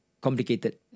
complicated